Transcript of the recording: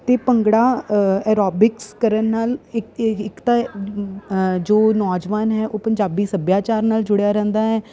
ਅਤੇ ਭੰਗੜਾ ਐਰੋਬਿਕਸ ਕਰਨ ਨਾਲ ਇ ਇੱਕ ਤਾਂ ਜੋ ਨੌਜਵਾਨ ਹੈ ਉਹ ਪੰਜਾਬੀ ਸੱਭਿਆਚਾਰ ਨਾਲ ਜੁੜਿਆ ਰਹਿੰਦਾ ਹੈ